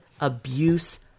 abuse